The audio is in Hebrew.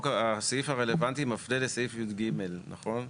הסעיף הרלוונטי מפנה לסעיף י"ג, נכון?